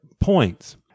points